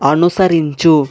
అనుసరించు